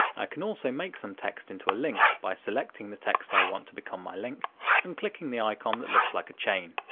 i can also make some text into a link, by selecting the text i want to become my link and clicking the icon that looks like a chain.